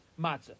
matzah